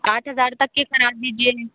पाँच हजार तक के करा दीजिए